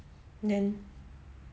then